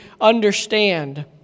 understand